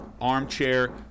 ARMCHAIR